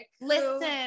Listen